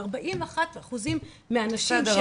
וארבעים ואחת אחוזים מהנשים --- בסדר,